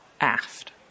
aft